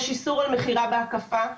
יש איסור על מכירה בהקפה,